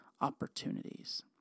opportunities